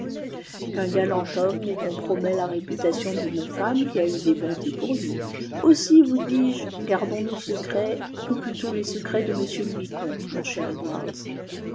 qu'un galant homme ne compromet la réputation d'une femme qui a eu des bontés pour lui aussi vous dis-je gardons nos secrets ou plutôt les secrets de m le vicomte mon cher